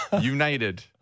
United